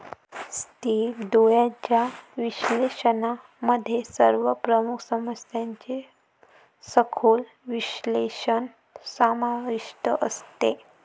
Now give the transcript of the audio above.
स्थिर डोळ्यांच्या विश्लेषणामध्ये सर्व प्रमुख समस्यांचे सखोल विश्लेषण समाविष्ट असते